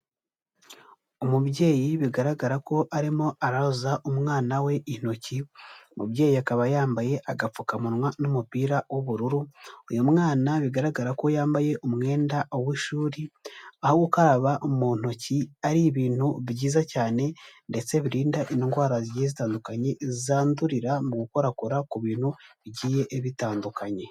Umubyeyi bigaragara ko arimo aroza umwana we intoki, umubyeyi akaba yambaye agapfukamunwa n'umupira w'ubururu, uyu mwana bigaragara ko yambaye umwenda w'ishuri, aho gukaraba mu ntoki ari ibintu byiza cyane ndetse birinda indwara zitandukanye zandurira mu gukorakora ku bintu bigiye bitandukanye.